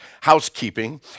housekeeping